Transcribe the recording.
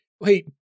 wait